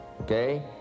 Okay